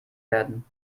werden